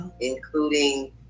including